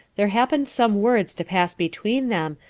there happened some words to pass between them,